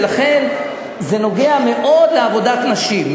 ולכן זה נוגע מאוד לעבודת נשים,